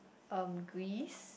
um Greece